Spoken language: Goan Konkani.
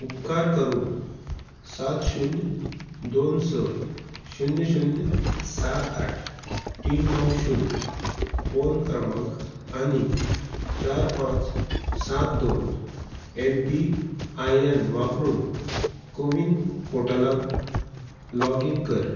उपकार करून सात शुन्य दोन स शुन्य शुन्य सात आठ तीन णव शुन्य फोन क्रमांक आनी चार पांच सात दोन एम पी आय एन वापरून कोविन पोर्टलांत लॉगीन कर